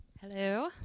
Hello